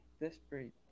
desperate